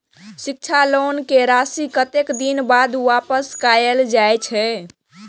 शिक्षा लोन के राशी कतेक दिन बाद वापस कायल जाय छै?